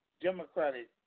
Democratic